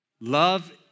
Love